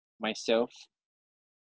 myself